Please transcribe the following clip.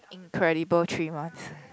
incredible three months